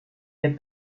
que